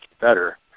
better